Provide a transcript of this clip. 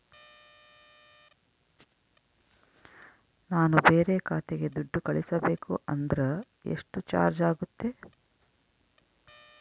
ನಾನು ಬೇರೆ ಖಾತೆಗೆ ದುಡ್ಡು ಕಳಿಸಬೇಕು ಅಂದ್ರ ಎಷ್ಟು ಚಾರ್ಜ್ ಆಗುತ್ತೆ?